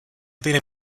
tiene